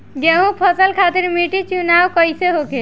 गेंहू फसल खातिर मिट्टी चुनाव कईसे होखे?